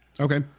Okay